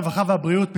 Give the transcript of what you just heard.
הרווחה והבריאות,